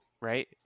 right